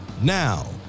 Now